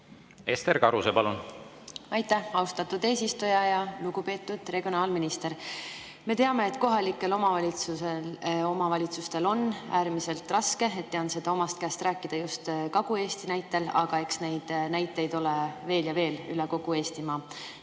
Ester Karuse, palun! Aitäh, austatud eesistuja! Lugupeetud regionaalminister! Me teame, et kohalikel omavalitsustel on äärmiselt raske. Tean seda omast käest rääkida just Kagu-Eesti põhjal, aga eks neid näiteid ole veel ja veel üle kogu Eestimaa.